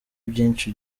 byinshi